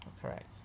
Correct